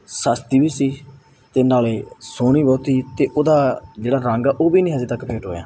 ਸਸਤੀ ਵੀ ਸੀ ਅਤੇ ਨਾਲ ਸੋਹਣੀ ਬਹੁਤ ਸੀ ਅਤੇ ਉਹਦਾ ਜਿਹੜਾ ਰੰਗ ਆ ਉਹ ਵੀ ਨਹੀਂ ਅਜੇ ਤੱਕ ਫੇਂਟ ਹੋਇਆ